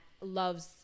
loves